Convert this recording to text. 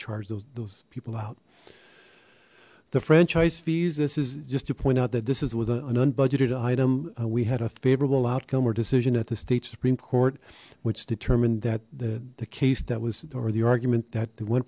those those people out the franchise fees this is just to point out that this is was a none budgeted item we had a favorable outcome or decision at the state supreme court which determined that the the case that was or the argument that the one